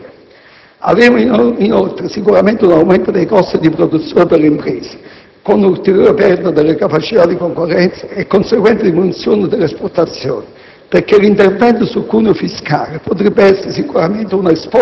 Con le misure adottate avremo certamente un aumento della tassazione diretta ed indiretta sulle famiglie, che comporterà una riduzione dei consumi e quindi una contrazione della domanda interna.